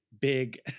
big